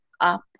up